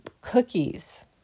cookies